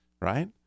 right